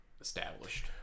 established